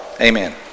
Amen